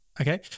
Okay